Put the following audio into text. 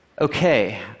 Okay